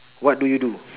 what do you do